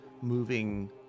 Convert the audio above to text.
moving